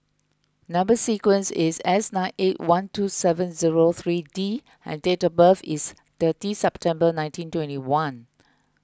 Number Sequence is S nine eight one two seven zero three D and date of birth is thirty September nineteen twenty one